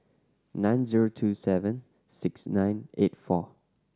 nine zero two seven six nine eight four